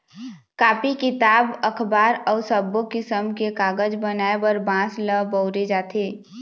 copy, किताब, अखबार अउ सब्बो किसम के कागज बनाए बर बांस ल बउरे जाथे